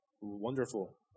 Wonderful